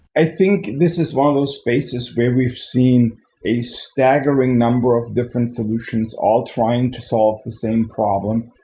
i think this is one of those spaces where we've seen a staggering number of different solutions all trying to solve the same problem,